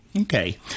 Okay